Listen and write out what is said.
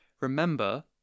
remember